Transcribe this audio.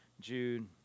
Jude